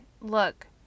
Look